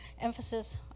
Emphasis